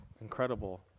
incredible